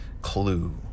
clue